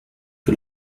que